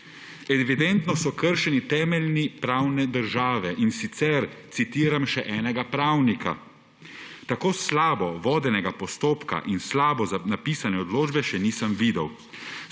Evidentno so kršeni temelji pravne države, in sicer citiram še enega pravnika: »Tako slabo vodenega postopka in slabo napisane odločbe še nisem videl.